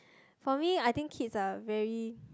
for me I think kids are very